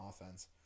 offense